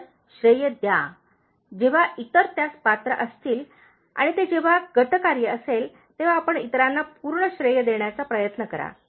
तर श्रेय द्या जेव्हा इतर त्यास पात्र असतील आणि ते जेव्हा गटकार्य असेल तेव्हा आपण इतरांना पूर्ण श्रेय देण्याचा प्रयत्न करा